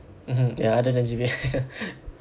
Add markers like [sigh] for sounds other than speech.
mmhmm ya other than J_B [laughs]